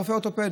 רופא אורתופד.